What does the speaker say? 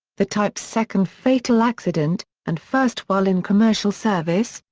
the type's second fatal accident, and first while in commercial service,